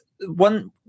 one